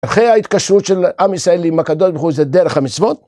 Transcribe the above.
אחרי ההתקשרות של עם ישראל עם הקדוש ברוך הוא זה דרך המצוות